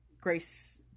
Grace